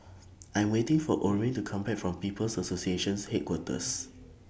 I Am waiting For Orvin to Come Back from People's Associations Headquarters